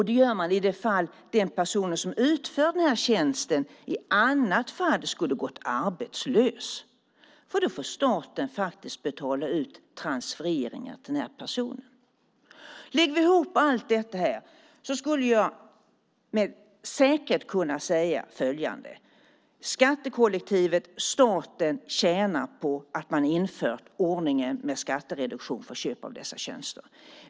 Det gör man i det fall den person som utför tjänsten i annat fall skulle ha gått arbetslös, för då får staten betala ut transfereringar till personen. Lägger vi ihop allt detta skulle jag med säkerhet kunna säga följande. Skattekollektivet, staten, tjänar på att man inför ordningen med skattereduktion för köp av dessa tjänster.